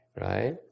right